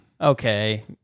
Okay